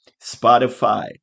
Spotify